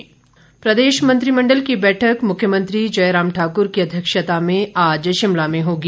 मंत्रिमंडल प्रदेश मंत्रिमंडल की बैठक मुख्यमंत्री जयराम ठाकुर की अध्यक्षता में आज शिमला में होगी